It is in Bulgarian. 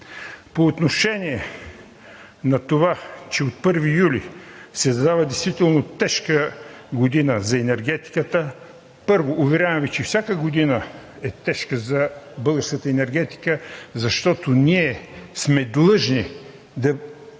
По отношение на това, че от 1 юли се задава тежка година за енергетиката. Първо, уверявам Ви, че всяка година е тежка за българската енергетика, защото ние сме длъжни да